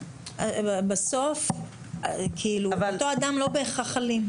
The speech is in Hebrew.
אותו אדם הוא לא בהכרח אלים.